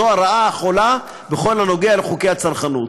זו הרעה החולה בכל הקשור לחוקי הצרכנות.